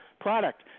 product